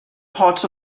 parts